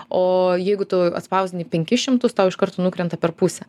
o jeigu tu atspausdini penkis šimtus tau iš karto nukrenta per pusę